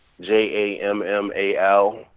J-A-M-M-A-L